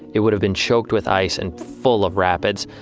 it would have been choked with ice and full of rapids.